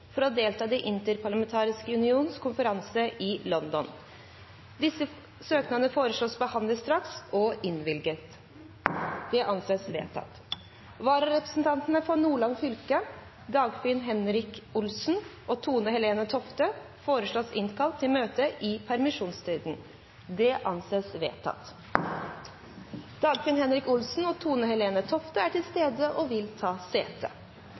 for å delta i Den interparlamentariske unions konferanse i London Etter forslag fra presidenten ble enstemmig besluttet: Søknadene behandles straks og innvilges. Følgende vararepresentanter innkalles for å møte i permisjonstiden: For Nordland fylke: Dagfinn Henrik Olsen og Tone-Helen Toften Dagfinn Henrik Olsen og Tone-Helen Toften er til stede og vil ta sete.